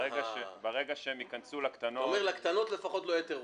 ברגע שהם ייכנסו --- אתה אומר שלקטנות לפחות לא יהיה תירוץ.